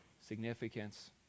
significance